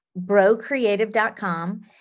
brocreative.com